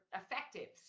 effective